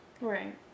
Right